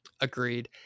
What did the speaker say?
Agreed